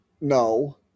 no